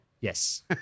Yes